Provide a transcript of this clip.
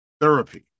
therapy